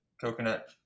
coconut